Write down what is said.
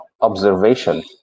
observation